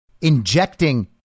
injecting